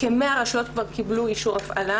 כ-100 רשויות קיבלו כבר אישור הפעלה,